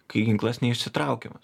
kai ginklas neišsitraukiamas